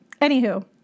Anywho